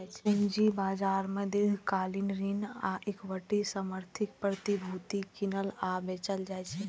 पूंजी बाजार मे दीर्घकालिक ऋण आ इक्विटी समर्थित प्रतिभूति कीनल आ बेचल जाइ छै